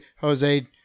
Jose